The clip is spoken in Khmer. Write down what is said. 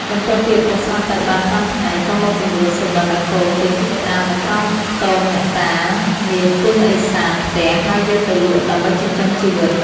បន្ទាប់ពីឪពុកស្លាប់ទៅបាន៥ថ្ងៃក៏មកពន្យល់សុបិនឲ្យកូនទៅជីកក្ដាមនៅក្រោមខ្ទមអ្នកតានាទិសឦសានផ្ទះ ហើយយកទៅលក់ដើម្បីចិញ្ចឹមជីវិត។